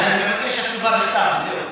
אני מבקש את התשובה בכתב, זהו.